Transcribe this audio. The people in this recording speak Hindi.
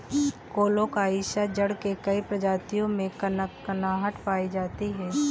कोलोकासिआ जड़ के कई प्रजातियों में कनकनाहट पायी जाती है